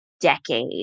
decade